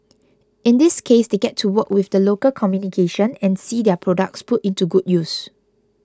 in this case they get to work with the local communication and see their products put into good use